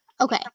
Okay